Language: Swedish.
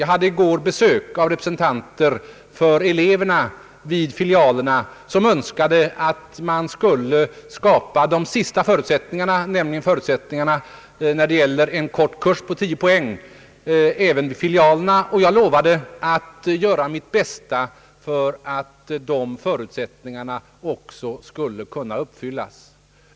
Jag hade i går besök av representanter för eleverna vid filialerna som önskade att de sista förutsättningarna nu skulle skapas, nämligen en kort kurs om tio poäng även vid filialerna. Jag lovade att göra mitt bästa för att dessa förutsättningar skall kunna uppfyllas.